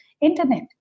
internet